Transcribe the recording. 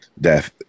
death